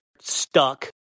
stuck